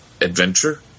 adventure